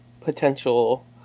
potential